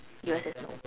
yours as well